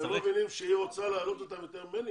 אתם לא מבינים שהיא רוצה להעלות אותם יותר ממני?